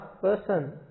person